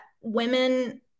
women